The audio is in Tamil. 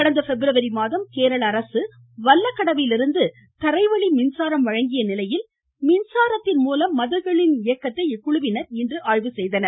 கடந்த பிப்ரவரி மாதம் கேரள அரசு வல்லக்கடவிலிருந்து தரைவழி மின்சாரம் வழங்கிய நிலையில் மின்சாரத்தின் மூலம் மதகுகளின் இயக்கத்தை இக்குழுவினர் ஆய்வு செய்தனர்